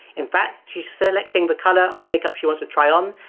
in fact, she's selecting the color of makeup she wants to try on,